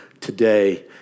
today